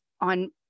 on